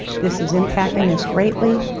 this is impacting us greatly,